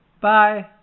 Bye